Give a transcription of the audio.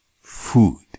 food